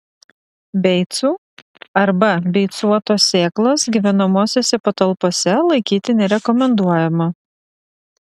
beicų arba beicuotos sėklos gyvenamosiose patalpose laikyti nerekomenduojama